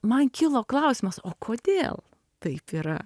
man kilo klausimas o kodėl taip yra